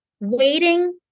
waiting